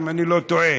אם אני לא טועה.